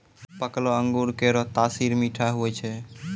पकलो अंगूर केरो तासीर मीठा होय छै